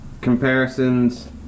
Comparisons